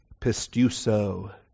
pistuso